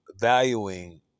valuing